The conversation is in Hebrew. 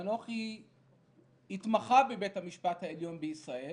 אנוכי התמחה בבית המשפט העליון בישראל